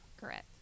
Correct